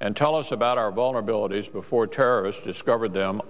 and tell us about our vulnerabilities before terrorists discovered them